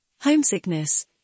Homesickness